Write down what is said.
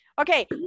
Okay